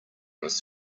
his